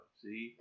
see